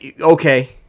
okay